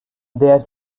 there